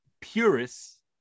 purists